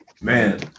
Man